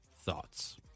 thoughts